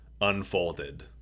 unfolded